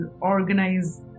organize